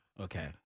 Okay